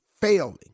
failing